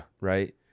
right